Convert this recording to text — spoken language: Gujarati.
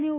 અને ઓ